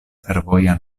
fervoja